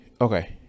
okay